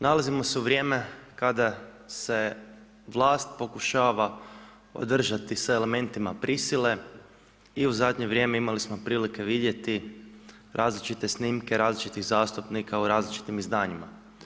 Nalazimo se u vrijeme kada se vlast pokušava održati sa elementima prisile i u zadnje vrijeme imali smo prilike vidjeti različite snimke različitih zastupnika u različitim izdanjima.